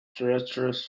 treacherous